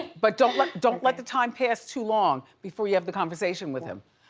but don't let don't let the time pass too long before you have the conversation with him,